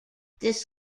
this